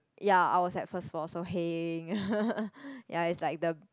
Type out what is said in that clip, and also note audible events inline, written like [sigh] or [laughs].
ya I was at first floor so heng [laughs] ya it's like the